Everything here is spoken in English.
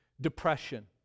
depression